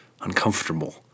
uncomfortable